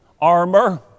armor